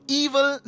evil